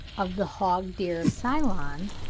of the hog-deer of ceylon,